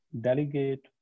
delegate